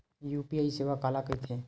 UPI सेवा काला कइथे?